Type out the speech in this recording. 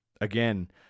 Again